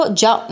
già